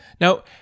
now